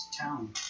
town